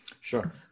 Sure